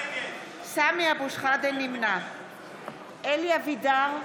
נמנע אלי אבידר,